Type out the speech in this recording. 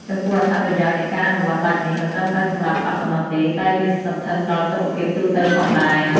ចំពោះ អត្ថប្រយោជន៍នៃការអនុវត្តន៍បែបនេះ មិនត្រឹមតែសម្រាប់សក់ប៉ុណ្ណោះទេ តែលាតសន្ធឹងដល់សុខភាពទូទៅផងដែរ។